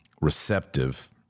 receptive